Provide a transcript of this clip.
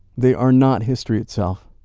they are not history itself.